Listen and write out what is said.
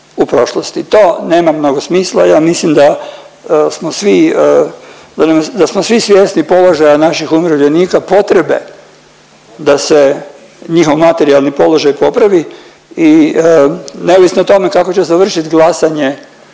To nema mnogo smisla. Ja mislim da smo svi, da smo svi svjesni položaja naših umirovljenika, potrebe da se njihov materijalni položaj popravi i neovisno o tome kako će završit glasanje